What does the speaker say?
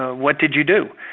ah what did you do?